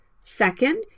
Second